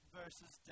versus